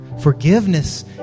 Forgiveness